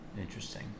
Interesting